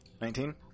Nineteen